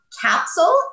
capsule